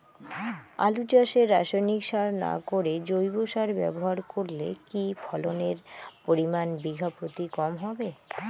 আলু চাষে রাসায়নিক সার না করে জৈব সার ব্যবহার করলে কি ফলনের পরিমান বিঘা প্রতি কম হবে?